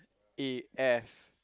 A_F